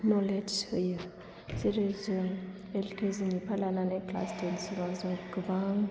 knowledge होयो जेरै जों एल केजि निफ्राय लानानै क्लास टेन सिमाव जों गोबां